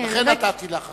לכן נתתי לך.